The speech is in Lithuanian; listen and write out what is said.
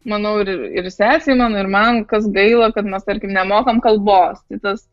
manau ir ir sesei mano ir man kas gaila kad mes tarkim nemokam kalbos tai tas